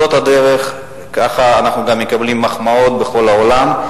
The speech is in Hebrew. זאת הדרך, כך אנחנו גם מקבלים מחמאות בכל העולם.